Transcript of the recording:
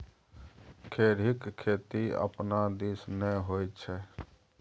खेढ़ीक खेती अपना दिस नै होए छै